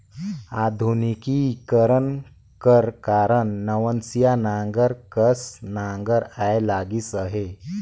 आधुनिकीकरन कर कारन नवनसिया नांगर कस नागर आए लगिस अहे